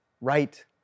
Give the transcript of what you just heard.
right